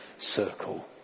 circle